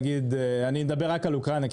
אני אדבר רק על אוקראינה,